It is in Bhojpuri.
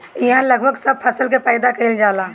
इहा लगभग सब फसल के पैदा कईल जाला